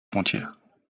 frontières